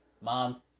mom